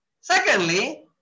Secondly